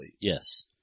Yes